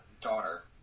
daughter